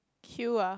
queue ah